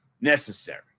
necessary